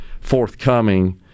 forthcoming